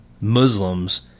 Muslims